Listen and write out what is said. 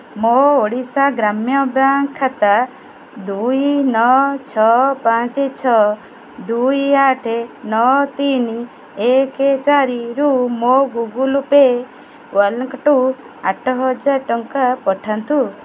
ମୋ ଓଡ଼ିଶା ଗ୍ରାମ୍ୟ ବ୍ୟାଙ୍କ୍ ଖାତା ଦୁଇ ନଅ ଛଅ ପାଞ୍ଚ ଛଅ ଦୁଇ ଆଠ ନଅ ତିନି ଏକ ଚାରିରୁ ମୋ ଗୁଗଲ୍ ପେ ୱାଲେଟ୍କୁ ଆଠହଜାର ଟଙ୍କା ପଠାନ୍ତୁ